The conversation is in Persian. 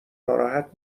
ناراحت